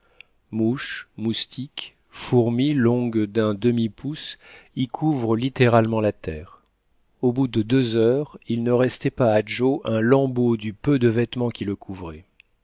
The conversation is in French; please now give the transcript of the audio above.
mouches moustiques fourmis longues d'un demi-pouce y couvrent littéralement la terre au bout de deux heures il ne restait pas à joe un lambeau du peu de vêtements qui le couvraient